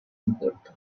input